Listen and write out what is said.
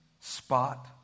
spot